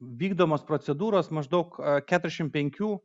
vykdomos procedūros maždaug keturiasdešimt penkių